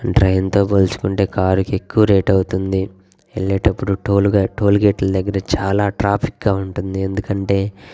ట్రైన్తో పోల్చుకుంటే కారుకి ఎక్కువ రేట్ అవుతుంది వెళ్ళేటప్పుడు టోల్గే టోల్ గేట్లు దగ్గర చాలా ట్రాఫిక్గా ఉంటుంది ఎందుకంటే